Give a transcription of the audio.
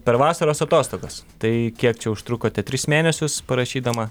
per vasaros atostogas tai kiek čia užtrukote tris mėnesius parašydama